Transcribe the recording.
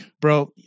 bro